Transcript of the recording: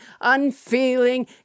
unfeeling